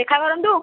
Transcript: ଦେଖା କରନ୍ତୁ